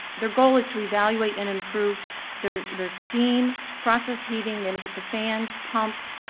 their goal is to evaluate and improve their their steam process heating, they look at the fans, pumps,